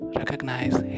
recognize